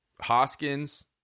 Hoskins